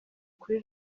kuri